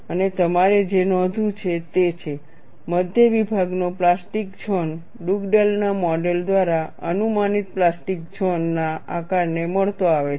અને તમારે જે નોંધવું છે તે છે મધ્ય વિભાગનો પ્લાસ્ટિક ઝોન ડુગડેલના મોડેલ Dugdale's model દ્વારા અનુમાનિત પ્લાસ્ટિક ઝોન ના આકારને મળતો આવે છે